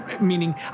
meaning